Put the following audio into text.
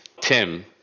Tim